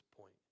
point